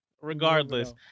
Regardless